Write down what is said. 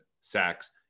sacks